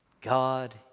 God